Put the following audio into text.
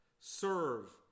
serve